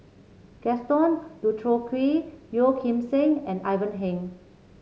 Gaston Dutronquoy Yeo Kim Seng and Ivan Heng